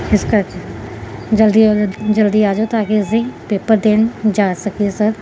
ਇਸ ਕਰਕੇ ਜਲਦੀ ਆ ਜਲਦੀ ਆ ਜਾਓ ਤਾਂ ਕਿ ਅਸੀਂ ਪੇਪਰ ਦੇਣ ਜਾ ਸਕੀਏ ਸਰ